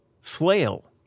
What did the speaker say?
flail